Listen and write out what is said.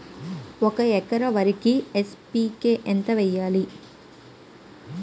ఒక ఎకర వరికి ఎన్.పి.కే ఎంత వేయాలి?